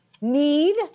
need